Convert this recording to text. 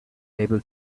able